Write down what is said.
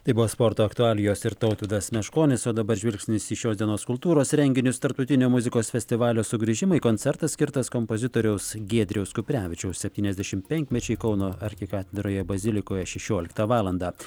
tai buvo sporto aktualijos ir tautvydas meškonis o dabar žvilgsnis į šios dienos kultūros renginius tarptautinio muzikos festivalio sugrįžimai koncertas skirtas kompozitoriaus giedriaus kuprevičiaus septyniasdešimt penkmečiui kauno arkikatedroje bazilikoje šešioliktą valandą